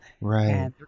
Right